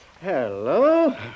hello